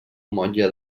motlle